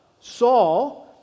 Saul